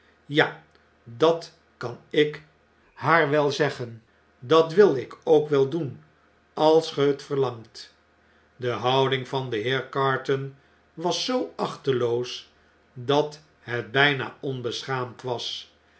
ja dat kan ik haar wel zeggen dat wil ik ook wel doen als ge het verlangt de houding van den heer carton was zoo achteloos dat het bpa onbeschaamd'was hij